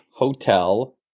Hotel